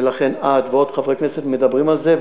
ולכן את ועוד חברי כנסת מדברים על זה,